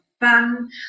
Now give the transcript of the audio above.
fun